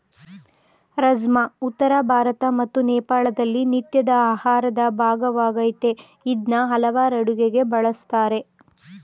ರಾಜ್ಮಾ ಉತ್ತರ ಭಾರತ ಮತ್ತು ನೇಪಾಳದಲ್ಲಿ ನಿತ್ಯದ ಆಹಾರದ ಭಾಗವಾಗಯ್ತೆ ಇದ್ನ ಹಲವಾರ್ ಅಡುಗೆಗೆ ಬಳುಸ್ತಾರೆ